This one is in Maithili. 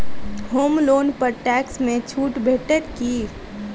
होम लोन पर टैक्स मे छुट भेटत की